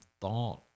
thought